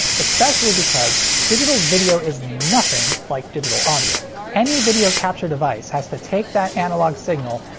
especially because digital video is nothing like digital audio. any video capture device has to take that analog signal,